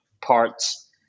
parts